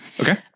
okay